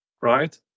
right